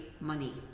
money